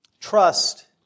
trust